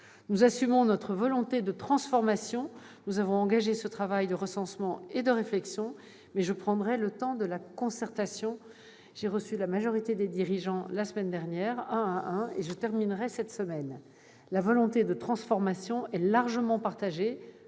Nous assumons notre volonté de transformation. Nous avons engagé un travail de recensement et de réflexion, mais je prendrai le temps de la concertation. J'ai reçu, un à un, la majorité des dirigeants la semaine dernière et je recevrai les autres cette semaine. La volonté de transformation est largement partagée,